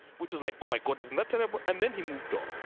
which is like, oh my god, isn't that terrible? and then he moved on.